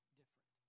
different